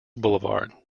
boulevard